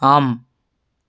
ஆம்